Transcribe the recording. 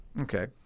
Okay